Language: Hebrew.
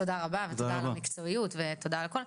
ד"ר סקרן תודה רבה לך ותודה רבה על המקצועיות ועל הכל.